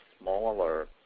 smaller